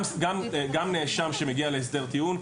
גם נאשם שמגיע להסדר טיעון,